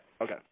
Okay